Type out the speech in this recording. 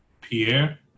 Pierre